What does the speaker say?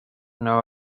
know